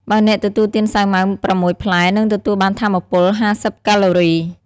បើអ្នកទទួលទានសាវម៉ាវ ៦ផ្លែ និងទទួលបានថាមពល ៥០កាឡូរី ។